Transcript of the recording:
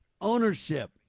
ownership